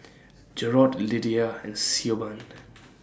Jerod Lydia and Siobhan